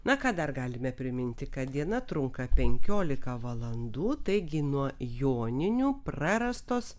na ką dar galime priminti kad diena trunka penkiolika valandų taigi nuo joninių prarastos